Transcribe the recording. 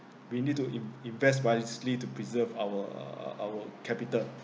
we need to in~ invest wisely to preserve our our capital